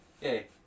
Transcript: Hey